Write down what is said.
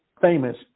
famous